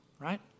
Right